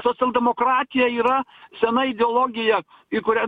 socialdemokratija yra sena ideologija į kurią